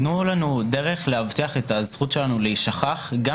תנו לנו דרך להבטיח את הזכות שלנו להישכח גם